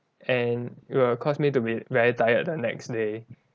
and it will cause me to be very tired the next day